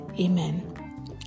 amen